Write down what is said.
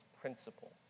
principle